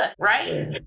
right